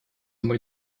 мой